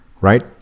right